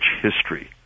history